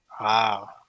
Wow